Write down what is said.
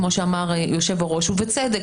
כמו שאמר היושב-ראש ובצדק,